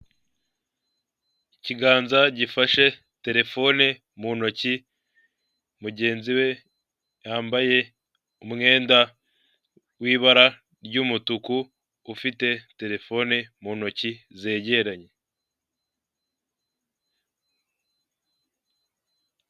Ikiganza gifashe terefone mu ntoki mugenzi we yambaye umwenda w'ibara ry'umutuku, ufite terefone mu ntoki zegeranye.